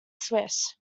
swiss